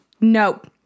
nope